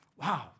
Wow